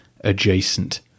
adjacent